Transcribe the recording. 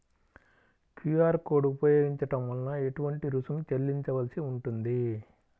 QR code ఉపయోగించటం వలన ఏటువంటి రుసుం చెల్లించవలసి ఉంటుంది?